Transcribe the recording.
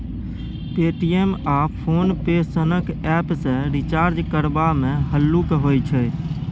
Paytm आ PhonePe सनक app सँ रिचार्ज करबा मे हल्लुक होइ छै